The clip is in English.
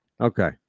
Okay